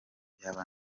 byaba